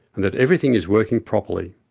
and that everything is working properly.